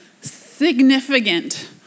significant